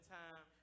time